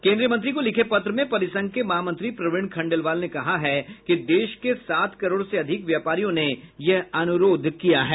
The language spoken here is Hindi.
केंद्रीय मंत्री को लिखे पत्र में परिसंघ के महामंत्री प्रवीण खण्डेलवाल ने कहा है कि देश के सात करोड़ से अधिक व्यापारियों ने यह अनुरोध किया है